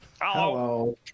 hello